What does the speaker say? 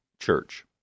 Church